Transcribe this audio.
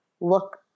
look